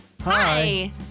Hi